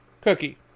Cookie